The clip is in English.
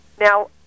Now